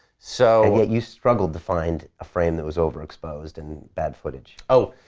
so yet, you struggled to find a frame that was overexposed and bad footage. oh,